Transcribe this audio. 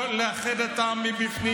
לא לאחד את העם מבפנים,